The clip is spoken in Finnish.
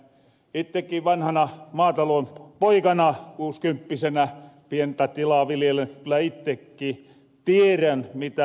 nimittäin ittekkin vanhana maatalon poikana kuuskymppisenä pientä tilaa viljelleenä kyllä ittekki tierän mitä maatalous on